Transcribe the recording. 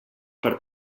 per